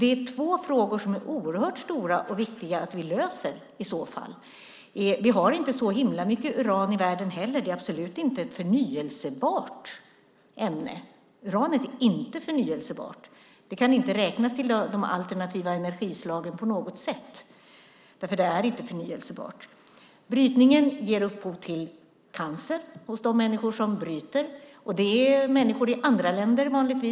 Det är två stora frågor som är viktiga att vi löser. Vi har inte så mycket uran i världen; det är absolut inte ett förnybart ämne. Det kan inte räknas till de alternativa energislagen på något sätt eftersom det inte är förnybart. Uranbrytningen ger upphov till cancer hos de människor som utför den. Det är vanligtvis människor i andra länder.